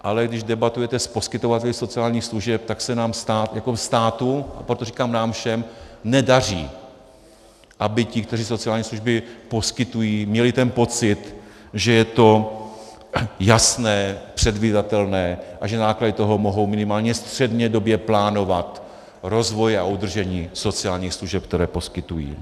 Ale když debatujete s poskytovateli sociálních služeb, tak se jako státu, proto říkám nám všem, nedaří, aby ti, kteří sociální služby poskytují, měli pocit, že je to jasné, předvídatelné a že náklady mohou minimálně střednědobě plánovat rozvoj a udržení sociálních služeb, které poskytují.